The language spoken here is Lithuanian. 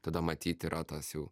tada matyt yra tas jau